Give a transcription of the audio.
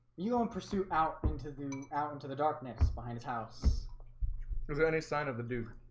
you don't pursue out into the out into the dark nick's behind his house there's any sign of the dudes